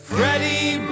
Freddie